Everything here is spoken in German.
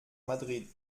madrid